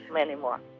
anymore